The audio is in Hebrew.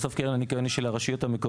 בסוף קרן הניקיון היא של הרשויות המקומיות,